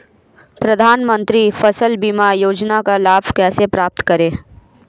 प्रधानमंत्री फसल बीमा योजना का लाभ कैसे प्राप्त करें?